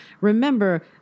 remember